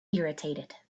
irritated